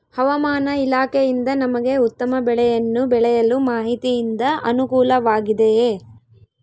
ಹವಮಾನ ಇಲಾಖೆಯಿಂದ ನಮಗೆ ಉತ್ತಮ ಬೆಳೆಯನ್ನು ಬೆಳೆಯಲು ಮಾಹಿತಿಯಿಂದ ಅನುಕೂಲವಾಗಿದೆಯೆ?